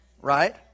Right